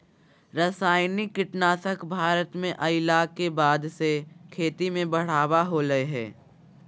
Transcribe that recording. रासायनिक कीटनासक भारत में अइला के बाद से खेती में बढ़ावा होलय हें